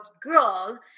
girl